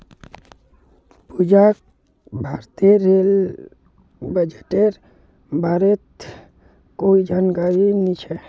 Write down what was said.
पूजाक भारतेर रेल बजटेर बारेत कोई जानकारी नी छ